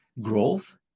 growth